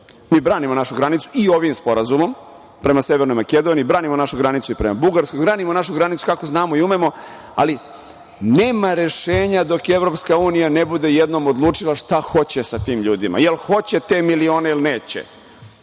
Mi branimo našu granicu i ovim sporazumom prema Severnoj Makedoniji, branimo našu granicu i prema Bugarskoj, branimo našu granicu kako znamo i umemo, ali nema rešenja dok EU ne bude jednom odlučila šta hoće sa tim ljudima. Da li hoće te milione ili neće?